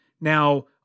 Now